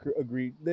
agreed